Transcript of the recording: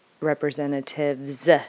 representatives